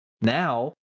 now